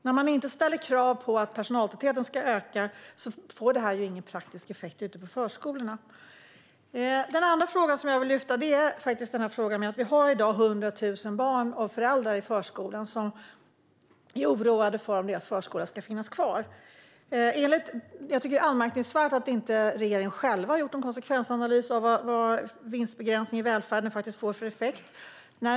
När man inte ställer krav på att personaltätheten ska öka får det här ingen praktisk effekt ute på förskolorna. Den andra frågan jag vill ta upp handlar om att vi i dag har hundra tusen barn och föräldrar i förskolan som är oroade över om deras förskola kommer att finnas kvar. Det är anmärkningsvärt att regeringen inte själv har gjort någon konsekvensanalys av vad vinstbegränsning i välfärden får för effekt.